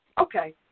Okay